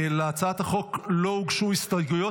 להצעת החוק לא הוגשו הסתייגויות,